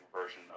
version